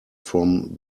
from